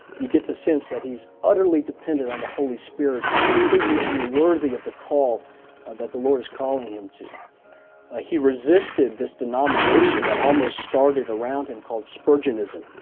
you get the sense that he is utterly dependent on the holy spirit, and completely unworthy of the call that the lord is calling him to. ah he resisted this denomination that almost started around him, called spurgeonism.